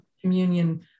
communion